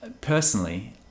personally